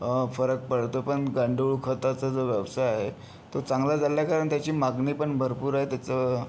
पण गांडूळ खताचा जो व्यवसाय आहे तो चांगला चालला आहे कारण त्याची मागणी पण भरपूर आहे त्याचं